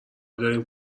داریم